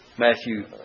Matthew